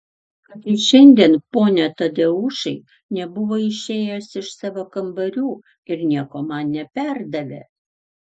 kad jis šiandien pone tadeušai nebuvo išėjęs iš savo kambarių ir nieko man neperdavė